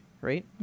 right